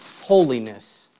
holiness